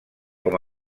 com